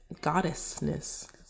goddessness